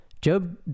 job